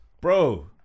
bro